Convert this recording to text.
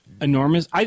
enormous